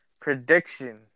prediction